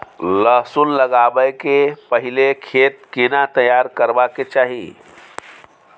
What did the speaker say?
लहसुन लगाबै के पहिले खेत केना तैयार करबा के चाही?